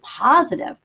positive